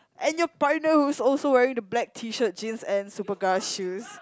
and your partner who's also wearing the black T-shirt jeans and Superga shoes